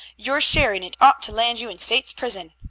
your share in it ought to land you in state's prison.